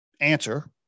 answer